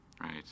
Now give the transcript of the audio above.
Right